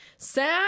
sad